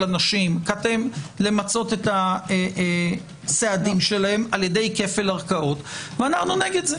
אנשים למצות את הסעדים שלהם על ידי כפל ערכאות ואנחנו נגד זה.